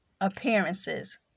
appearances